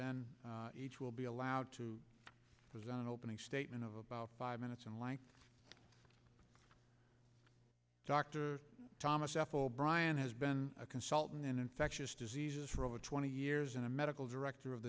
then each will be allowed to present an opening statement of about five minutes in length dr thomas f all brian has been a consultant and infectious diseases for over twenty years and a medical director of